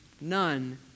none